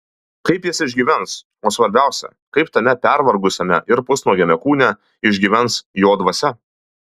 kaip jis išgyvens o svarbiausia kaip tame pervargusiame ir pusnuogiame kūne išgyvens jo dvasia